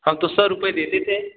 हाँ तो सौ रुपए देते थे